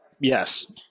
Yes